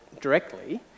directly